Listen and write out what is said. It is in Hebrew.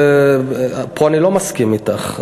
פה אני לא מסכים אתך.